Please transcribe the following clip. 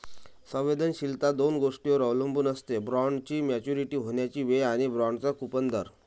संवेदनशीलता दोन गोष्टींवर अवलंबून असते, बॉण्डची मॅच्युरिटी होण्याची वेळ आणि बाँडचा कूपन दर